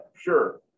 sure